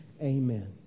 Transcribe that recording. Amen